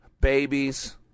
babies